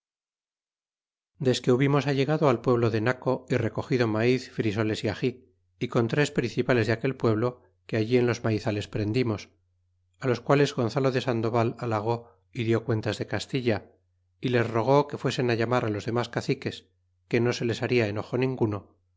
desque hubimos allegado al pueblo de naco y recogido maiz frisoles y agl y con tres principales de aquel pueblo que allí en los maizales prendimos á los males gonzalo de sandoval halagó y dió cuentas de castilla y les rogó que fuesen á llamará los demas caciques que no se les baria enojo ninguno